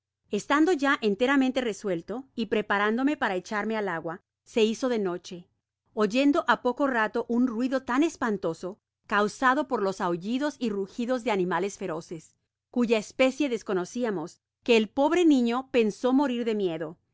estando ya enteramente resuelto y preparándome para echarme al agua se hizo de noche oyendo á poco rato un ruido tan espantosd causado por los ahullidos y rugidos de animales feroces cuya especie desconociamos que el pobre niño pensó morir de miedo y